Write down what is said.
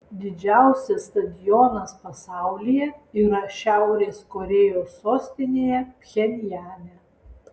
didžiausias stadionas pasaulyje yra šiaurės korėjos sostinėje pchenjane